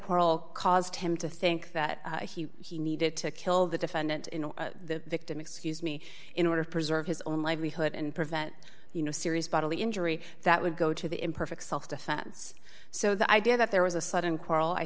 quarrel caused him to think that he needed to kill the defendant in the victim excuse me in order to preserve his own livelihood and prevent you know serious bodily injury that would go to the imperfect self defense so the idea that there was a sudden